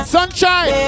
Sunshine